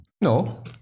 No